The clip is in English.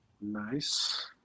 nice